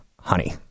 honey